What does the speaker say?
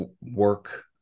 work